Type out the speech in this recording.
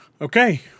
Okay